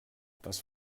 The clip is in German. das